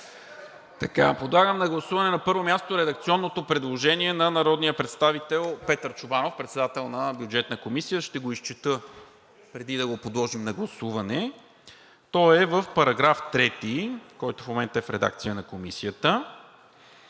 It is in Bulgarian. нататък. Подлагам на гласуване, на първо място, редакционното предложение на народния представител Петър Чобанов – председател на Бюджетната комисия, ще го изчета, преди да го подложим на гласуване. То е в § 3, който в момента е в редакция на Комисията